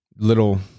little